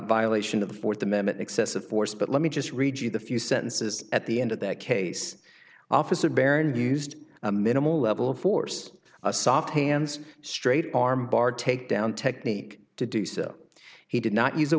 violation of the fourth amendment excessive force but let me just read you the few sentences at the end of that case officer baron used a minimal level of force a soft hands straight arm bar takedown technique to do so he did not use a